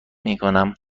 میکنم